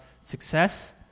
success